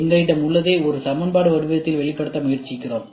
எங்களிடம் உள்ளதை ஒரு சமன்பாடு வடிவத்தில் வெளிப்படுத்த முயற்சிக்கிறோம்